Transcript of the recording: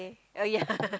oh ya